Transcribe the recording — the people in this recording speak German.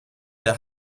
der